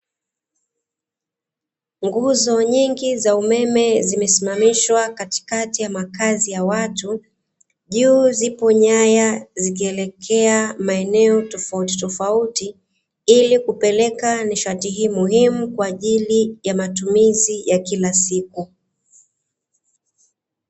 nguzo nyingi za umeme zimesimamishwa katikati ya makazi ya watu ,juu ziko nyaya zikielekea maeneo tofautitofauti ili kupeleka nishati hii muhimu kwaajili ya matumizi ya kila siku .